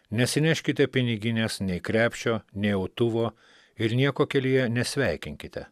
nesineškite piniginės nei krepšio nei autuvo ir nieko kelyje nesveikinkite